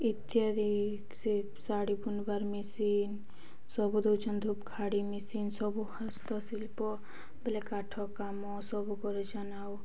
ଇତ୍ୟାଦି ସେ ଶାଢ଼ୀ ବୁନିବାର୍ ମେସିନ୍ ସବୁ ଦଉଛନ୍ ଧୂପଖାଡ଼ି ମେସିନ୍ ସବୁ ହସ୍ତଶିଳ୍ପ ବଲେ କାଠ କାମ ସବୁ କରିଛନ୍ ଆଉ